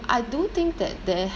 I do think that there